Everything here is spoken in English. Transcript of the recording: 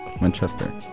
Manchester